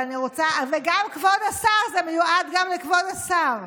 אני רוצה, וגם כבוד השר, זה מיועד גם לכבוד השר.